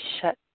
shut